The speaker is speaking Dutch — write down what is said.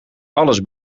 alles